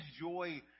joy